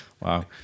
Wow